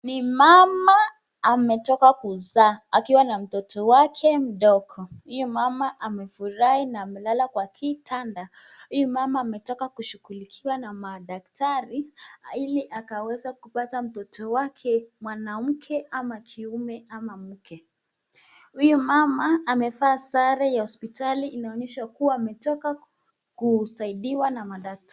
Ni mama ametoka kuzaa akiwa na mtoto wake mdogo. Huyu mama amefurahi na amelala kwa kitanda. Huyu mama ametoka kushughulikiwa na madakitari ili akaweze kupata mtoto wake mwanamke ama mwanaume ama mke. Huyu mama amevaa sare ya hosipitali inaonyesha kua ametoka kusaidiwa na madakitari.